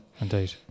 Indeed